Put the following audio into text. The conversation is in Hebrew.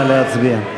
נא להצביע.